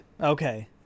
Okay